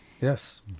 Yes